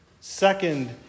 Second